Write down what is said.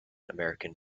american